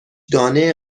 دانه